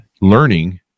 learning